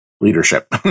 leadership